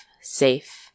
safe